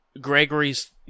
Gregory's